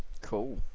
Cool